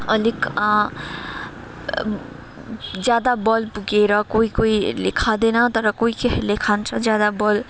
अलिक ज्यादा बल पुगेर कोही कोहीहरूले खाँदैन तर कोही कोहीहरूले खान्छ ज्यादा बल